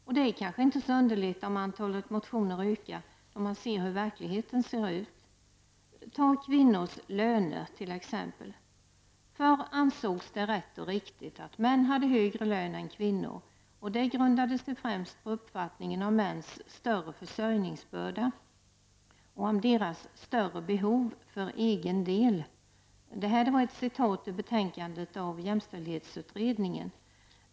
Och det är kanske inte så underligt om antalet motioner ökar, då man ser hur verkligheten ser ut. Ta kvinnors löner t.ex. ''Förr ansågs det rätt och riktigt att män hade högre lön än kvinnor -- och det grundade sig främst på uppfattningen om mäns större försörjningsbörda och om deras större behov för egen del.'' Det är ett citat ur betänkandet från jämställdhetsutredningen.